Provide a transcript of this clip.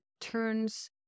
turns